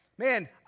Man